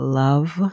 love